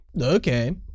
Okay